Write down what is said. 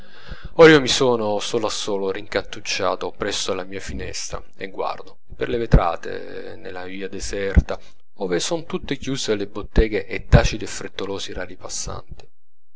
or io mi sono solo solo rincantucciato presso alla mia finestra e guardo per le vetrate nella via deserta ove son tutte chiuse le botteghe e taciti e frettolosi i rari passanti